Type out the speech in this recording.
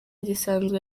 gisanzwe